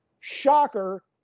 Shocker